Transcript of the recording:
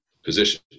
position